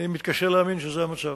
אני מתקשה להאמין שזה המצב.